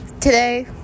today